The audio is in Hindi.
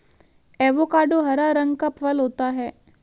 एवोकाडो हरा रंग का फल होता है